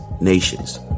nations